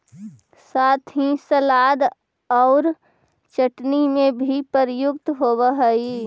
साथ ही सलाद और चटनी में भी प्रयुक्त होवअ हई